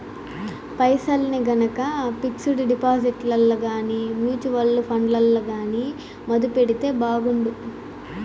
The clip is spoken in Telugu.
పైసల్ని గనక పిక్సుడు డిపాజిట్లల్ల గానీ, మూచువల్లు ఫండ్లల్ల గానీ మదుపెడితే బాగుండు